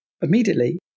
immediately